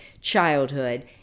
childhood